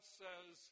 says